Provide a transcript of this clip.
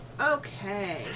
Okay